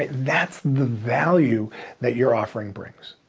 that's the value that you're offering bricks.